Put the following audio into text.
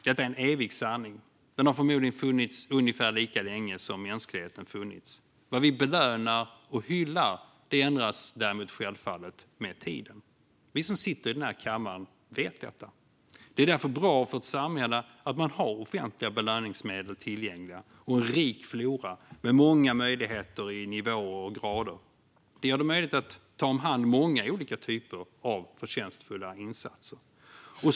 Detta är en evig sanning, och den har förmodligen funnits lika länge som mänskligheten funnits. Vad vi belönar och hyllar ändras självfallet med tiden. Vi som sitter i den här kammaren vet detta. Det är därför bra för ett samhälle att man har offentliga belöningsmedel tillgängliga och en rik flora med många möjligheter i nivåer och grader. Det gör det möjligt att ta om hand många olika typer av förtjänstfulla insatser.